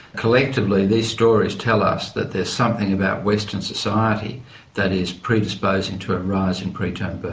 collectively these stories tell us that there's something about western society that is predisposing to a rise in preterm birth.